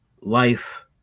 life